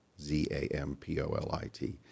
Z-A-M-P-O-L-I-T